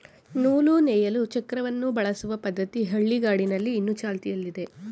ನೂಲು ನೇಯಲು ಚಕ್ರವನ್ನು ಬಳಸುವ ಪದ್ಧತಿ ಹಳ್ಳಿಗಾಡಿನಲ್ಲಿ ಇನ್ನು ಚಾಲ್ತಿಯಲ್ಲಿದೆ